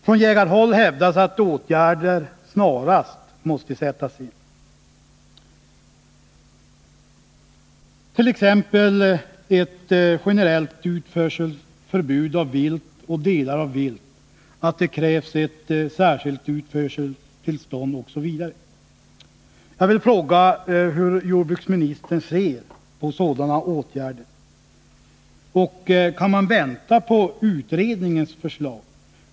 Från jägarhåll hävdas att åtgärder snarast måste sättas in, t.ex. ett generellt utförselförbud av vilt och delar av vilt och krav på särskilt utförseltillstånd. Jag vill fråga hur jordbruksministern ser på sådana åtgärder. Kan man vänta på utredningens förslag?